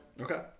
Okay